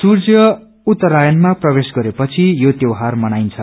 सूर्य उत्तारायणमा प्रवेश गरे पछि यो त्यौहार मनाइन्छ